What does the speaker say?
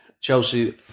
Chelsea